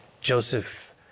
Joseph